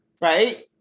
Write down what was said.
right